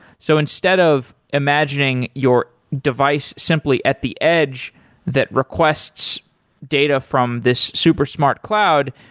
so instead of imagining your device simply at the edge that requests data from this super smart cloud,